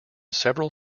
several